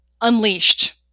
unleashed